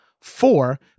Four